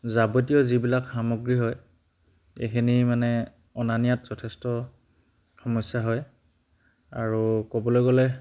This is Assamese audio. যাৱতীয় যিবিলাক সামগ্ৰী হয় এইখিনি মানে অনা নিয়াত যথেষ্ট সমস্যা হয় আৰু ক'বলৈ গ'লে